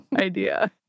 idea